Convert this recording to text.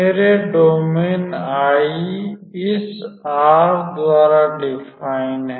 तो मेरे domain I इस r द्वारा डिफाइन है